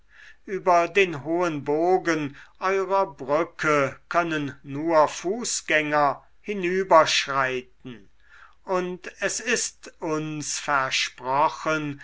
über den hohen bogen eurer brücke können nur fußgänger hinüberschreiten und es ist uns versprochen